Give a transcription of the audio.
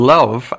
Love